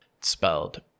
Spelled